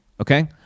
okay